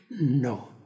No